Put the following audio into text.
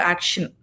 Action